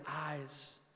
eyes